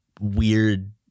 weird